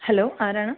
hello ആരാണ്